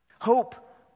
hope